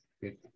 Good